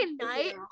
night